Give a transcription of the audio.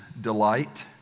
delight